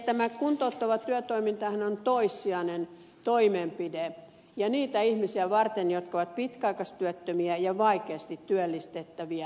tämä kuntouttava työtoimintahan on toissijainen toimenpide ja niitä ihmisiä varten jotka ovat pitkäaikaistyöttömiä ja vaikeasti työllistettäviä